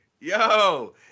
yo